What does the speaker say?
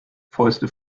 fäuste